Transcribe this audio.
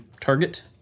target